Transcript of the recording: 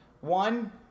one